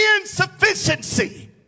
insufficiency